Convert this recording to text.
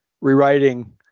rewriting